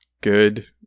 good